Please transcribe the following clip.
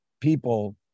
people